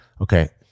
okay